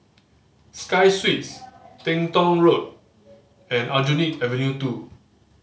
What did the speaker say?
Sky Suites Teng Tong Road and Aljunied Avenue Two